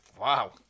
Wow